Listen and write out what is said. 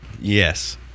Yes